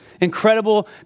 incredible